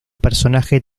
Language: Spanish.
personaje